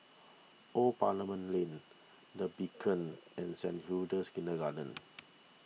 Old Parliament Lane the Beacon and Saint Hilda's Kindergarten